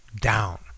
down